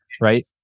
Right